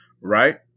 right